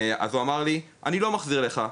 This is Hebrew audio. ואז הוא אמר לי "אני לא מחזיר לך"